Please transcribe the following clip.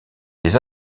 les